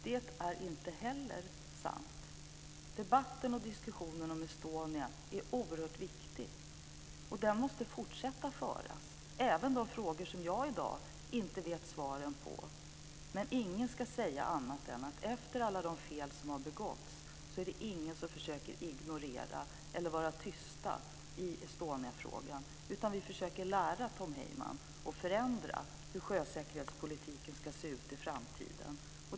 Det är inte heller sant. Diskussionen om Estonia är oerhört viktig, och den måste fortsätta att föras, även i de frågor som jag i dag inte vet svaren på. Men ingen ska säga annat än att efter alla de fel som har begåtts är det ingen som försöker ignorera eller vara tyst i Estoniafrågan, utan vi försöker lära oss hur sjösäkerhetspolitiken ska se ut i framtiden och hur den ska förändras.